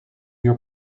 your